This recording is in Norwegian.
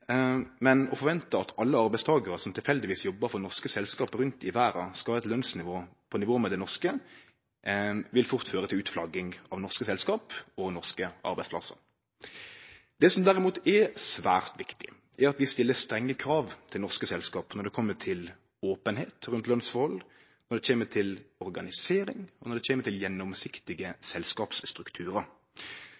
Men å forvente at alle arbeidstakarar som tilfeldigvis jobbar for norske selskap rundt om i verda, skal ha eit lønsnivå på nivå med det norske, vil fort føre til utflagging av norske selskap og norske arbeidsplassar. Det som derimot er svært viktig, er at vi stiller strenge krav til norske selskap når det kjem til openheit rundt lønsforhold, når det kjem til organisering, og når det kjem til gjennomsiktige